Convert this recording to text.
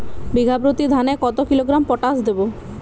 বিঘাপ্রতি ধানে কত কিলোগ্রাম পটাশ দেবো?